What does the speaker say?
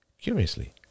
curiously